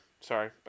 sorry